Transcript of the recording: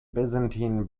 byzantine